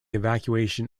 evacuation